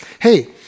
Hey